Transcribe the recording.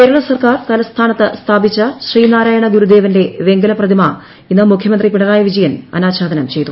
കേരള സർക്കാർ തലസ്ഥാനത്ത് സ്ഥാപിച്ച ശ്രീനാരായണ ഗുരു ദേവന്റെ വെങ്കല പ്രതിമ ഇന്ന് മുഖ്യമന്ത്രി പിണറായി വിജയൻ അനാച്ചാദനം ചെയ്തു